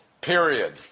period